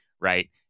right